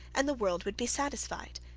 and the world would be satisfied.